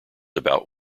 about